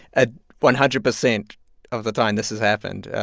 ah one hundred percent of the time this has happened.